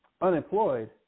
unemployed